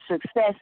Success